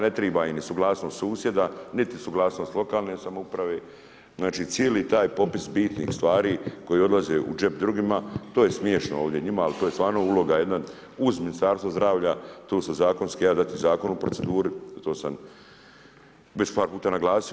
Ne treba im suglasnost susjeda, niti suglasnost lokalne samouprave, znači cijeli taj popis bitnih stvari, koje odlaze u džep drugima, to je smješno ovdje njima, ali to je stvarno uloga jedna, uz Ministarstvo zdravlja, tu su zakonski, ja dati zakon u proceduri, to sam već par puta naglasio.